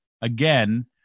Again